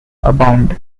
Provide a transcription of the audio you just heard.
abound